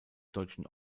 deutschen